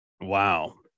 Wow